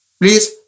please